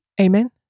Amen